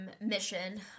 mission